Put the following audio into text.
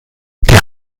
die